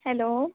hello